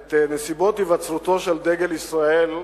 את נסיבות היווצרותו של דגל ישראל,